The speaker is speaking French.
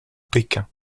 pékin